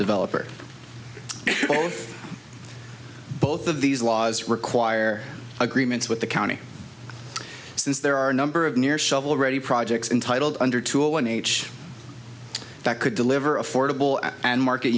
developer both of these laws require agreements with the county since there are a number of near shovel ready projects intitled under two a one h that could deliver affordable and market